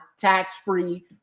tax-free